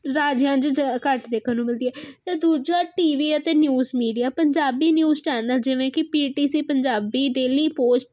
ਰਾਜਾਂ 'ਚ ਚੀਜ਼ਾਂ ਘੱਟ ਦੇਖਣ ਨੂੰ ਮਿਲਦੀ ਹੈ ਅਤੇ ਦੂਜਾ ਟੀ ਵੀ ਅਤੇ news media Punjabi news channel ਜਿਵੇਂ ਕਿ P T C Punjabi Daily post